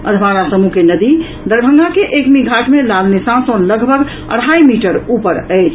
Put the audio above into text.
अधवारा समूह के नदी दरभंगा के एकमीघाट मे लाल निशान सँ लगभग अढ़ाई मीटर ऊपर अछि